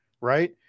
right